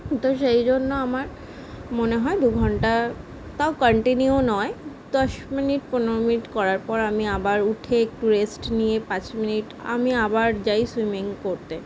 তো সেই জন্য আমার মনে হয় দু ঘন্টা তাও কান্টিনিউ নয় দশ মিনিট পনেরো মিনিট করার পর আমি আবার উঠে একটু রেস্ট নিয়ে পাঁচ মিনিট আমি আবার যাই সুইমিং করতে